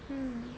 mm